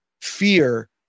fear